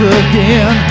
again